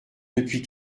depuis